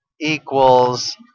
equals